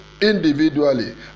individually